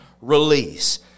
release